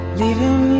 leaving